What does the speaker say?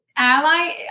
ally